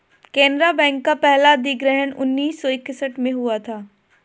Canara bank का पहला अधिग्रहण उन्नीस सौ इकसठ में हुआ था